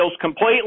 completely